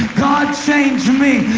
god, change me.